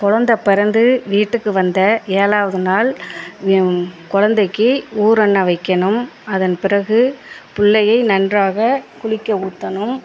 கொழந்த பிறந்து வீட்டுக்கு வந்த ஏழாவது நாள் கொழந்தைக்கி ஊறன்னா வைக்கணும் அதன் பிறகு பிள்ளையை நன்றாக குளிக்க ஊற்றணும்